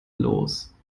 los